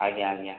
ଆଜ୍ଞା ଆଜ୍ଞା